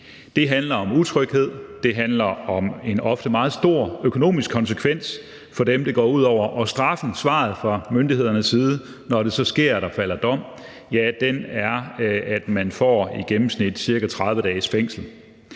Det handler om utryghed, det handler om en ofte meget stor økonomisk konsekvens for dem, det går ud over. Og straffen, svaret fra myndighedernes side, når der så falder dom, er, at man får i gennemsnit ca. 30 dages fængsel.